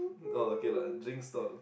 oh okay lah drink stall